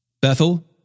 Bethel